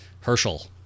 Herschel